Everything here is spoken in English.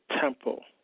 temple